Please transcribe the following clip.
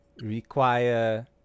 require